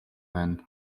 байна